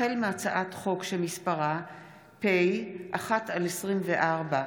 החל בהצעת חוק פ/1/24 וכלה בהצעת חוק פ/402/24: